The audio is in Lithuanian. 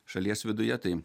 šalies viduje tai